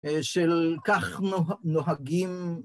של כך נוהגים